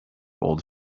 old